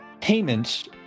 Payments